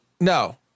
No